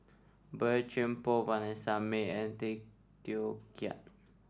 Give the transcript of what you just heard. Boey Chuan Poh Vanessa Mae and Tay Teow Kiat